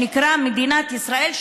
שנקרא מדינת ישראל,